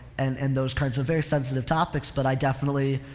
and, and those kinds of very sensitive topics but i definitely,